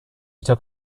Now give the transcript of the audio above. took